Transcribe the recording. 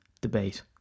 debate